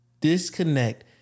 disconnect